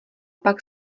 pak